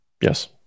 Yes